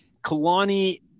Kalani